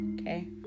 Okay